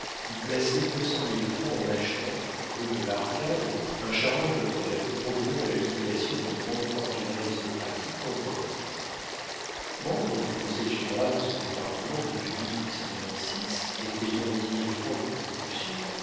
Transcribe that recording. y placer deux cent mille francs en achetant rue de l'arcade un charmant hôtel provenant de la liquidation d'une grande fortune aristocratique compromise membre du conseil général de son département depuis et payant dix mille francs de contributions